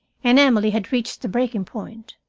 and emily had reached the breaking-point.